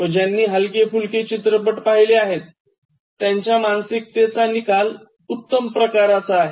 व ज्यांनी हलके फुलके चित्रपट पहिले आहेत त्यांच्या मानसिकतेचा निकाल उत्तम प्रकारचा आहे